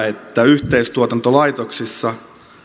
että yhteistuotantolaitoksissa